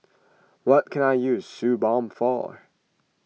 what can I use Suu Balm for